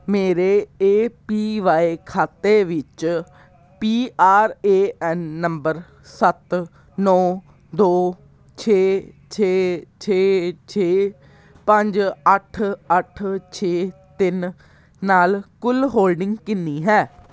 ਮੇਰੇ A P Y ਖਾਤੇ ਵਿੱਚ P R A N number ਸੱਤ ਨੌਂ ਦੋ ਛੇ ਛੇ ਛੇ ਛੇ ਪੰਜ ਅੱਠ ਅੱਠ ਛੇ ਤਿੰਨ ਨਾਲ ਕੁੱਲ ਹੋਲਡਿੰਗ ਕਿੰਨੀ ਹੈ